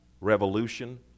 revolution